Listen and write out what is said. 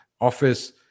office